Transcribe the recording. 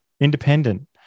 independent